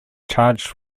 charged